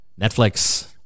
Netflix